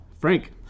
Frank